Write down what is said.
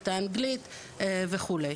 את האנגלית וכו'.